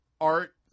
Art